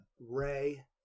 Ray